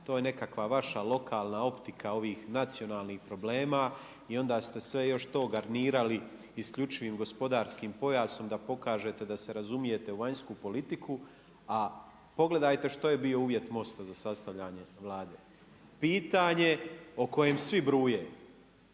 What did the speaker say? to je nekakva vaša lokalna optika ovih nacionalnih problema i onda ste sve još to garnirali isključivim gospodarskim pojasom, da pokažete da se razumijete u vanjsku politiku, a pogledajte što je bio uvjet MOST-a za sastavljanje Vlade. Pitanje o kojem svi bruje.